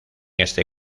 este